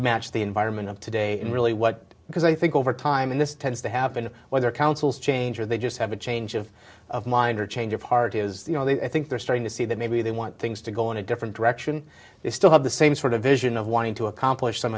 match the environment of today and really what because i think over time in this tends to happen whether councils change or they just have a change of of mind or a change of heart is the i think they're starting to see that maybe they want things to go in a different direction they still have the same sort of vision of wanting to accomplish some